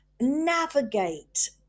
navigate